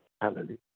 Hallelujah